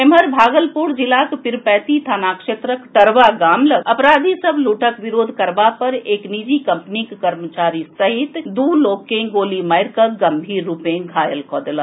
एम्हर भागलपुर जिलाक पीरपैंती थाना क्षेत्रक टड़वा गाम लऽग अपराधी सभ लूटक विरोध करबा पर एक निजी कंपनीक कर्मचारी सहित दू लोक के गोली मारिकऽ गंभीर रूपे घायल कऽ देलक